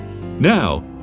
Now